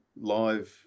live